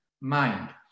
mind